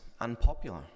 unpopular